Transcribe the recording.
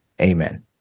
amen